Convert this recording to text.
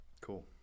Cool